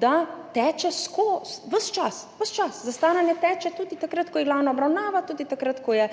čas. Ves čas, zastaranje teče tudi takrat, ko je glavna obravnava, tudi takrat, ko je